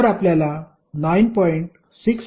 तर आपल्याला 9